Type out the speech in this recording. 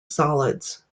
solids